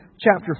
chapter